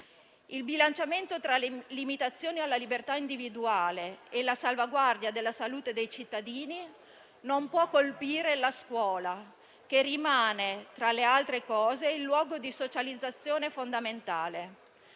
Il bilanciamento tra le limitazioni alla libertà individuale e la salvaguardia della salute dei cittadini non può colpire la scuola, che rimane - tra le altre cose - il luogo di socializzazione fondamentale.